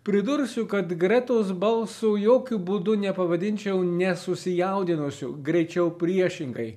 pridursiu kad gretos balso jokiu būdu nepavadinčiau nesusijaudinusiu greičiau priešingai